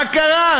מה קרה?